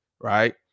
right